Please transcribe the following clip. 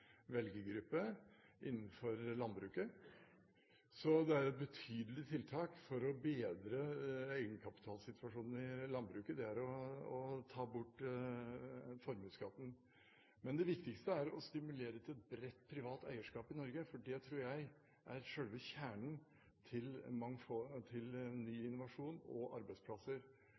velgergruppe innenfor landbruket. Så et betydelig tiltak for å bedre egenkapitalsituasjonen i landbruket er å ta bort formuesskatten. Men det viktigste er å stimulere til et bredt privat eierskap i Norge, for det tror jeg er selve kjernen i forhold til ny innovasjon og arbeidsplasser.